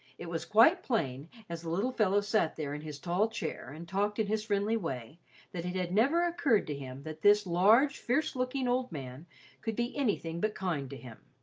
it was quite plain as the little fellow sat there in his tall chair and talked in his friendly way that it had never occurred to him that this large, fierce-looking old man could be anything but kind to him,